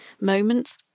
moments